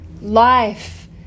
life